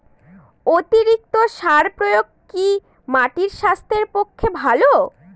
অতিরিক্ত সার প্রয়োগ কি মাটির স্বাস্থ্যের পক্ষে ভালো?